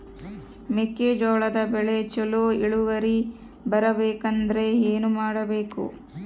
ಮೆಕ್ಕೆಜೋಳದ ಬೆಳೆ ಚೊಲೊ ಇಳುವರಿ ಬರಬೇಕಂದ್ರೆ ಏನು ಮಾಡಬೇಕು?